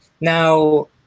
now